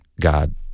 God